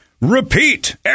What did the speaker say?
repeat